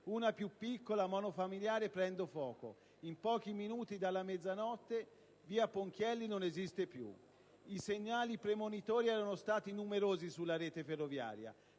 Una più piccola, monofamiliare, prende fuoco. A pochi minuti dalla mezzanotte, via Ponchielli non esiste più. I segnali premonitori erano stati numerosi sulla rete ferroviaria;